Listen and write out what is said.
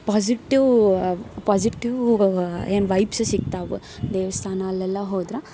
positive positive ಏನು vibes ಸಿಗ್ತಾವೆ ದೇವಸ್ಥಾನ ಅಲ್ಲೆಲ್ಲ ಹೋದ್ರೆ